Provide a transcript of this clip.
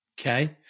Okay